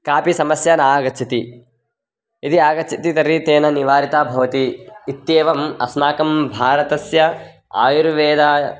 कापि समस्या नागच्छति यदि आगच्छति तर्हि तेन निवारिता भवति इत्येवम् अस्माकं भारतस्य आयुर्वेदः